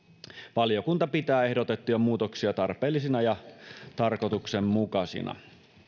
valiokunta pitää ehdotettuja muutoksia tarpeellisina ja tarkoituksenmukaisina